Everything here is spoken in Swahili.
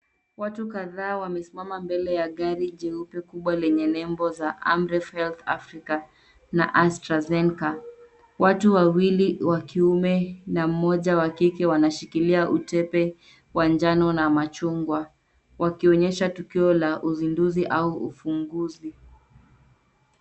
Watu kadhaa wamesimama mbele ya gari jeupe kubwa lenye lebo za Amref Health Africa na AstraZenca. Watu wawili wa kiume na mmoja wa kike wanashikilia utepe wa njano na machungwa. Wakionyesha tukio la uzinduzi au ufunguzi.